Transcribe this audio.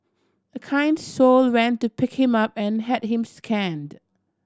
a kind soul went to pick him up and had him scanned